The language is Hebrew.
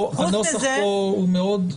להפך, הנוסח פה הוא מאוד ברור.